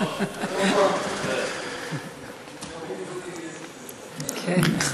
נכון, נכון.